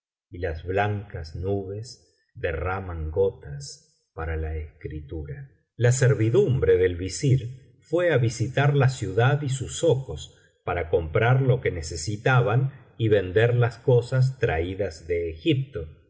y las blancas nubes derraman gotas para la eschtural la servidumbre del visir fué á visitar la ciudad y sus zocos para comprar lo que necesitaban y vender las cosas traídas de egipto